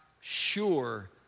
sure